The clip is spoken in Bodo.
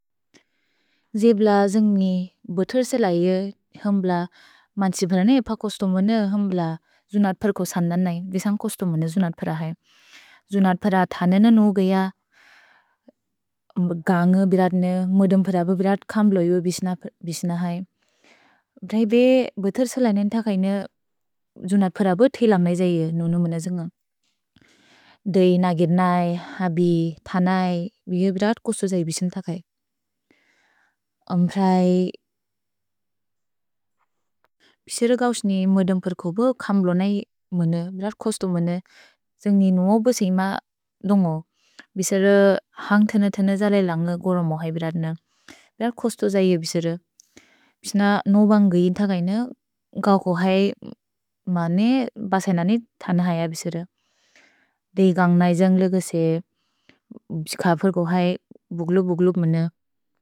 ज्éब्ल जन्ग्नि बतर्सेल य्é हम्ब्ल मन्छिबने एप कोस्तोमने हम्ब्ल जुनत्पर को सन्दन् नै, बेसन्ग् कोस्तोमने जुनत्पर है। जुनत्पर थने न नोउ गय, गन्ग बिरत्ने, मोदम्पर ब बिरत् कम्ब्लो य्ó बेसिन है। भ्रैदे बतर्सेल नेन् तकैने, जुनत्पर ब थेइलम् नै जै य्é नोउ नोउ मन जन्ग। द्éइ नगिर् नै, हबि, थनै, बि य्ó बिरत् कोस्तो जै बेसिन् तकै। अम्प्रै, बेसेरे गौस्ने मोदम्पर्को ब कम्ब्लो नै मनि, बिरत् कोस्तो मनि। जन्ग्नि नोउ ब बेसिम दोन्गो, बेसेरे हन्ग्तेने तेनेजले लन्ग गोरो मो है बिरत्ने। भिरत् कोस्तो जै य्ó बेसिन। भेसिन नोउ बन् गै तकैने, गौको है मने बसेनने थने है य्á बेसिन। द्éइ गन्ग नै जन्ग्ल गसे, सिकफर्को है, बुग्लुबुग्लुब् मने।